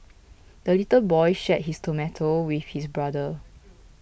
the little boy shared his tomato with his brother